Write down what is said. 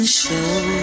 show